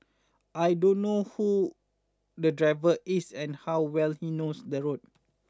I don't know who the driver is and how well he knows the road